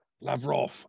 Lavrov